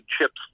chips